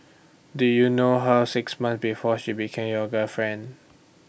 did you know her six months before she became your girlfriend